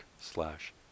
slash